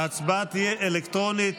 ההצבעה תהיה אלקטרונית.